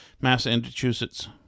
Massachusetts